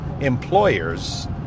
employers